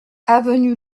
avenue